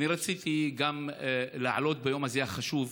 רציתי להעלות ביום החשוב הזה,